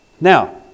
Now